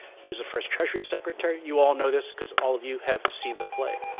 he was the first treasury secretary. you all know this because all of you have seen the play.